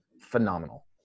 phenomenal